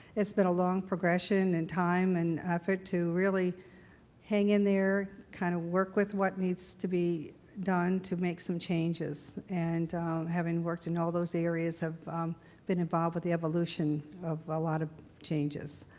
it's been a long progression in time and effort to really hang in there, kind of work with what needs to be done to make some changes and having worked in all those areas i've been involved with the evolution of a lot of changes.